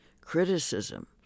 criticism